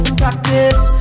practice